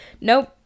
Nope